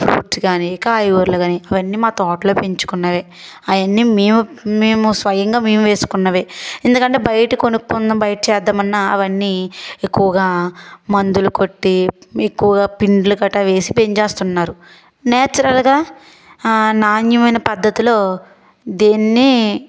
fruit కానీ కాయగూరలు కానీ అవన్నీ మా తోటలో పెంచుకొన్నవే అవన్నీ మేము మేము స్వయంగా మేము వేసుకున్నవే ఎందుకంటే బయట కొనుక్కున్న బయట చేద్దాం అన్నా అవన్ని ఎక్కువగా మందులు కొట్టి ఎక్కువగా పిండ్ల గట్ట వేసి పెంచేస్తున్నారు న్యాచురల్గా నాణ్యమైన పద్ధతులో దేన్ని